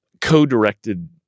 co-directed